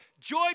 Joy